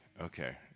okay